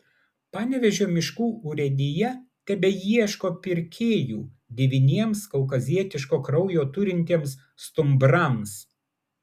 panevėžio miškų urėdija tebeieško pirkėjų devyniems kaukazietiško kraujo turintiems stumbrams